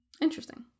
Interesting